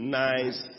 nice